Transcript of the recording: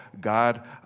God